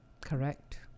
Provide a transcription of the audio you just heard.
correct